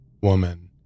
woman